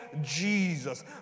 Jesus